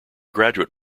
graduate